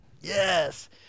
yes